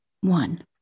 one